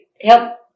Help